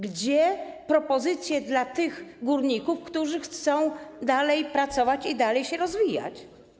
Gdzie propozycje dla tych górników, którzy chcą pracować i dalej się rozwijać?